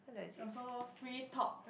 oh so free talk